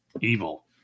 evil